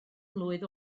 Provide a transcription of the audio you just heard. mlwydd